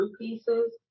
pieces